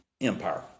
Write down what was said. empire